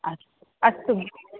अस्तु अस्तु